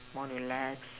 more relax